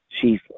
chief